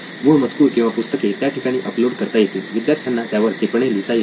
मूळ मजकूर किंवा पुस्तके त्या ठिकाणी अपलोड करता येतील विद्यार्थ्यांना त्यावर टिपणे लिहिता येतील